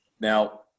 Now